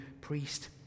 priest